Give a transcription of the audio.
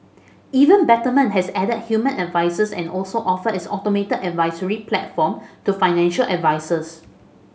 even Betterment has added human advisers and also offer its automated advisory platform to financial advisers